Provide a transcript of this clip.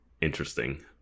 interesting